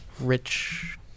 rich